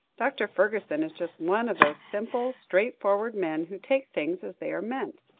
dr. fergusson is just one of those simple, straightforward men who take things as they are meant,